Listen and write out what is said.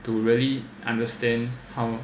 to really understand how